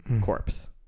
corpse